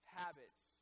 habits